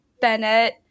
Bennett